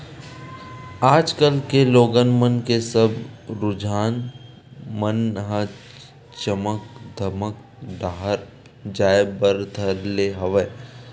आज कल के लोगन मन के सब रुझान मन ह चमक धमक डाहर जाय बर धर ले हवय